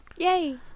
yay